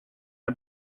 the